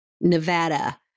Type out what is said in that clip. Nevada